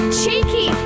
cheeky